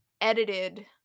edited